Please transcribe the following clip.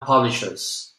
publishers